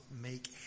make